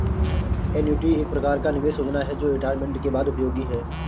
annuity एक प्रकार का निवेश योजना है जो रिटायरमेंट के बाद उपयोगी है